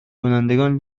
کنندگان